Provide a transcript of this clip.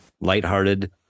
lighthearted